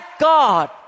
God